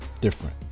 different